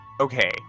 Okay